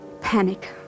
panic